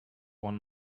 one